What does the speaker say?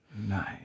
Nice